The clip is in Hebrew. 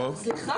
סליחה --- טוב.